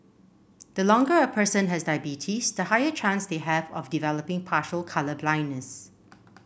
the longer a person has diabetes the higher chance they have of developing partial colour blindness